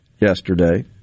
yesterday